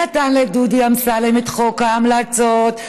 נתן לדודי אמסלם את חוק ההמלצות,